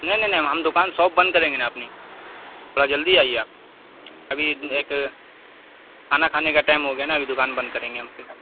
نہیں نہیں نہیں ہم دکان شاپ بند کریں گے نا اپنی تھوڑا جلدی آئیے آپ ابھی ایک کھانا کھانے کا ٹائم ہو گیا نا ابھی دکان بند کریں ہم پھر